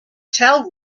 tell